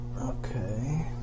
Okay